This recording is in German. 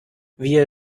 wir